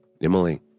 Emily